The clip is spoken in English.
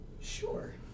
Sure